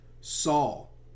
Saul